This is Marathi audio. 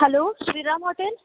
hello Shriram hotel